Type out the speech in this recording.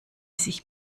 sich